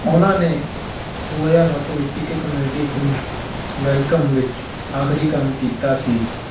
ਉਨ੍ਹਾਂ ਨੇ ਦੋ ਹਜ਼ਾਰ ਸੱਤ ਵਿੱਚ ਇੱਕ ਕਮੇਡੀ ਫਿਲਮ ਵੈਲਕਮ ਵਿੱਚ ਆਖਰੀ ਕੰਮ ਕੀਤਾ ਸੀ